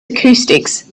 acoustics